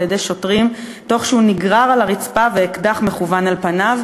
על-ידי שוטרים כשהוא נגרר על הרצפה ואקדח מכוון אל פניו,